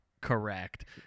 correct